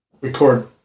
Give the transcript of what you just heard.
record